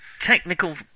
technical